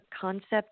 concept